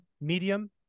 medium